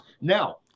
Now